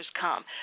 come